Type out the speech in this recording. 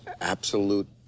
absolute